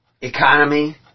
economy